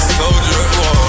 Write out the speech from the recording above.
soldier